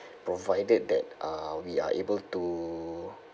provided that uh we are able to